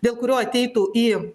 dėl kurio ateitų į